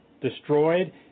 destroyed